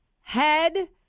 head –